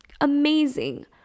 Amazing